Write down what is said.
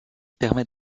permet